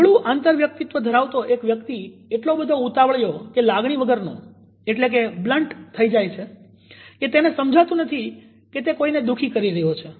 નબળું આંતરવ્યક્તિત્વ ધરાવતો એક વ્યક્તિ એટલો બધો ઉતાવળિયોલાગણી વગરનો થઇ જાય છે કે તેને સમજાતું નથી કે તે કોઈને દુખી કરી રહ્યો છે